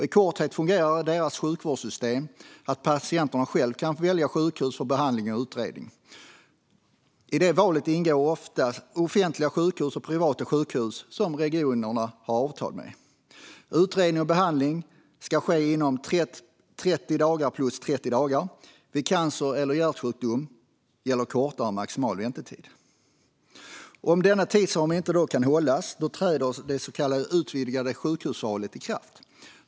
I korthet fungerar deras sjukvårdssystem på ett sådant sätt att patienterna själva kan välja sjukhus för behandling och utredning. I det valet ingår offentliga sjukhus och privata sjukhus som regionerna har avtal med. Utredning och behandling ska ske inom 30 plus 30 dagar. Vid cancer eller hjärtsjukdom gäller kortare maximal väntetid. Om denna tidsram inte kan hållas träder det så kallade utvidgade sjukhusvalet i kraft.